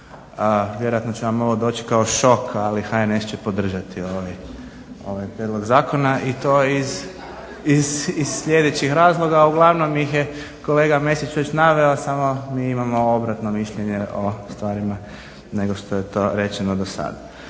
Vjerojatno će vam ovo doći kao šok, ali HNS će podržati ovaj prijedlog zakona i to iz sljedećih razloga a uglavnom ih je kolega Mesić već naveo samo mi imamo obratno mišljenje o stvarima nego što je to rečeno dosada.